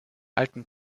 alten